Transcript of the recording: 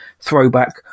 throwback